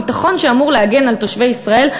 ביטחון שאמור להגן על תושבי ישראל,